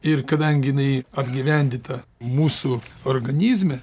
ir kadangi jinai apgyvendinta mūsų organizme